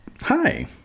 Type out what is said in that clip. Hi